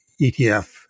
ETF